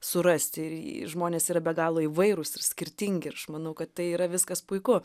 surasti ir žmonės yra be galo įvairūs ir skirtingi ir aš manau kad tai yra viskas puiku